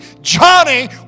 Johnny